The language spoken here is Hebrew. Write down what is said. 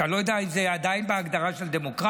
ואני לא יודע אם זה עדיין בהגדרה של דמוקרטיה,